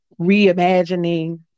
reimagining